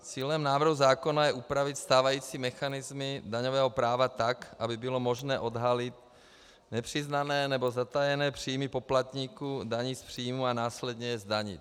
Cílem návrhu zákona je upravit stávající mechanismy daňového práva tak, aby bylo možné odhalit nepřiznané nebo zatajené příjmy poplatníků daní z příjmů a následně je zdanit.